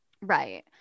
right